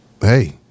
hey